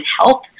help